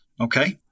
okay